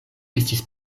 estis